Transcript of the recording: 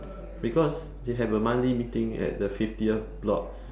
because they have a monthly meeting at the fiftieth block